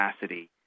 capacity